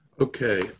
Okay